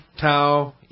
Tau